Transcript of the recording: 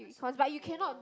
econs but you cannot